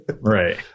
Right